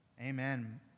Amen